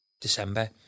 December